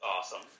Awesome